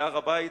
להר-הבית.